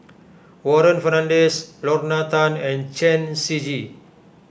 Warren Fernandez Lorna Tan and Chen Shiji